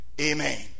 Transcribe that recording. Amen